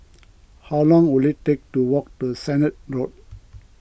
how long will it take to walk to Sennett Road